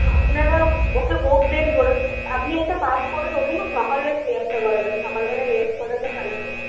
আপনারা ওকে বকবেন ধরে বেঁধে আপনি একটা কাজ করুন ওকে না সকালবেলা রেওয়াজটা করাবেন সকালবেলা রেওয়াজ করালে ভালো হবে